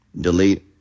delete